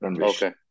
Okay